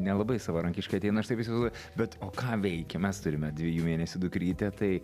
nelabai savarankiškai ateina aš taip įsivaizduoju bet o ką veikia mes turime dviejų mėnesių dukrytę tai